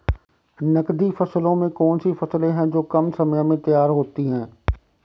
नकदी फसलों में कौन सी फसलें है जो कम समय में तैयार होती हैं?